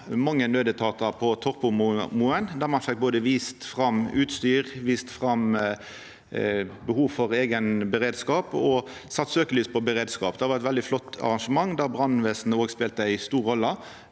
mange naudetatar på Torpomoen. Der fekk dei vist fram utstyr, vist behov for eigen beredskap og sett søkjelys på beredskap. Det var eit veldig flott arrangement der brannvesenet òg spelte ei stor rolle.